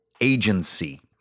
agency